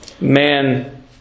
man